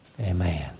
Amen